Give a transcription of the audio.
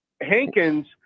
Hankins